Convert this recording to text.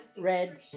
red